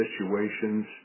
situations